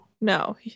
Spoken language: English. No